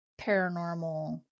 paranormal